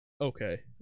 okay